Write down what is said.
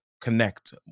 connect